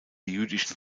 jüdischen